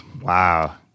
Wow